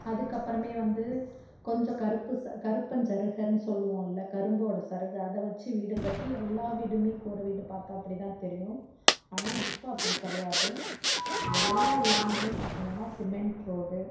அதுக்கப்புறமே வந்து கொஞ்சம் கருப்பு ச கருப்பஞ்சருகன்னு சொல்லுவோம்ல கரும்போடய சருகை அதை வச்சு வீடு கட்டி எல்லா வீடுமே கூரை வீடு பார்த்தா அப்படி தான் தெரியும் ஆனால் இப்போது அப்படி கிடையாது எல்லா ஊர்லேயுமே பார்த்தீங்கனா சிமெண்ட் ரோடு